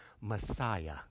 Messiah